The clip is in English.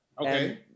Okay